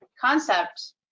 concept